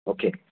okay